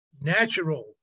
natural